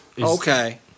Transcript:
Okay